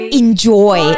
enjoy